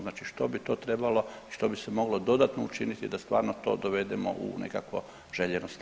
Znači što bi to trebalo i što bi se moglo dodatno učiniti da stvarno to dovedemo u nekakvo željeno stanje?